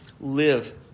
live